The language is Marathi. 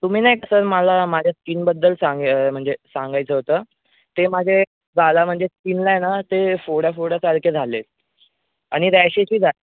तुम्ही नाहीका सर मला माझ्या स्किनबद्दल सांग्या म्हणजे सांगायचं होतं ते माझे गाल म्हणजे स्किनला आहे ना ते फोडं फोडं सारखे झालेत आणि रॅशेश ही झाले